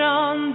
on